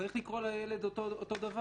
צריך לקרוא לילד אותו דבר.